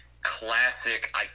classic